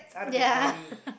ya